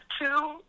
two